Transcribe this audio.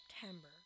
September